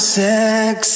sex